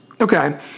Okay